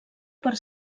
per